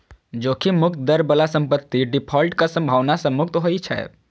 जोखिम मुक्त दर बला संपत्ति डिफॉल्टक संभावना सं मुक्त होइ छै